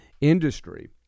industry